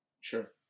Sure